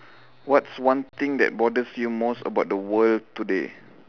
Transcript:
what's one thing that bothers you most about the world today